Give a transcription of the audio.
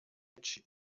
edge